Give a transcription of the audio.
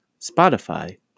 Spotify